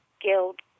guild